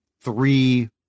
Three